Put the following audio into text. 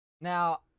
Now